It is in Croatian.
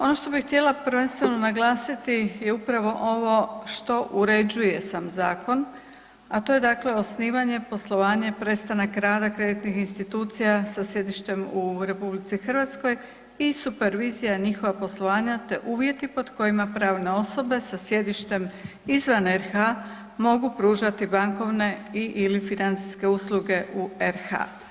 Ono što bi htjela prvenstveno naglasiti je upravo ovo što uređuje sam zakon, a to je dakle osnivanje, poslovanje, prestanak rada kreditnih institucija sa sjedištem u RH i supervizija njihova poslovanja, te uvjeti pod kojima pravne osobe sa sjedištem izvan RH mogu pružati bankovne i/ili financijske usluge u RH.